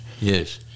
Yes